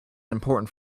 important